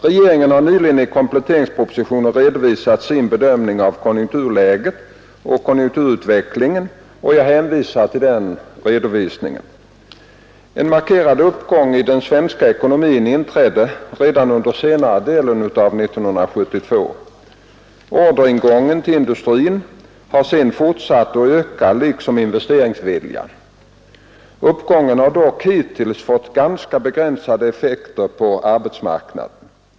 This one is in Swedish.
Regeringen har nyligen i kompletteringspropositionen redovisat sin bedömning av konjunkturläget och konjunkturutvecklingen, och jag hänvisar till den redovisningen. En markerad uppgång i den svenska ekonomin inträdde redan under senare delen av år 1972. Orderingången till industrin har sedan fortsatt att öka liksom investeringsviljan. Uppgången har dock hittills fått ganska begränsade effekter på arbetsmarknaden.